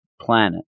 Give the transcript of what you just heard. planet